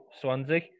Swansea